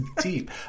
deep